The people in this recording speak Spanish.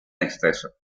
exceso